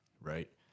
right